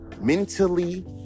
mentally